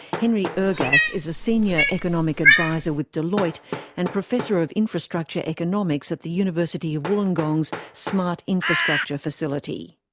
henry ergas is a senior economic adviser with deloitte and professor of infrastructure economics at the university of wollongong's smart infrastructure facility.